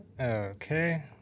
Okay